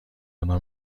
دانا